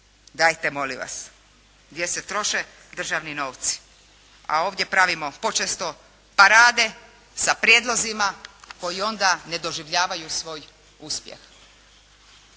Dajte molim vas, gdje se troše državni novci. A ovdje pravimo počesto parade sa prijedlozima koji onda ne doživljavaju svoj uspjeh.